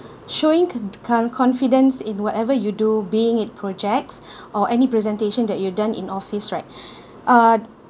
showing cond~ kang~ confidence in whatever you do being it projects or any presentation that you've done in office right ah